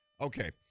Okay